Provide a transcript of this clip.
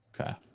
Okay